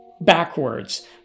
backwards